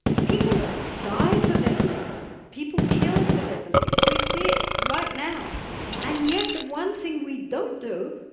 people die for their beliefs, people kill for their beliefs, we see it right now and yet the one thing we don't do